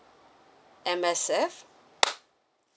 M_S_F